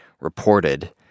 reported